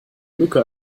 mücke